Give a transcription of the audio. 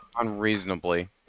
unreasonably